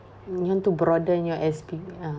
mm you want to broaden your expe~ ah